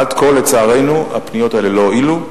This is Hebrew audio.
עד כה, לצערנו, הפניות האלה לא הועילו.